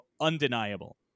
undeniable